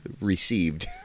received